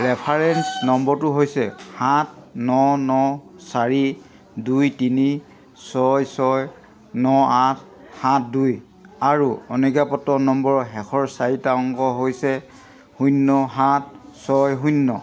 reference নম্বৰটো হৈছে সাত ন ন চাৰি দুই তিনি ছয় ছয় ন আঠ সাত দুই আৰু অনুজ্ঞাপত্ৰ নম্বৰৰ শেষৰ চাৰিটা অংক হৈছে শূন্য সাত ছয় শূন্য